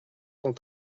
cent